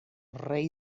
rey